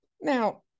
Now